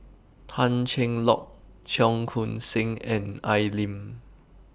Tan Cheng Lock Cheong Koon Seng and Al Lim